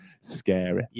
scary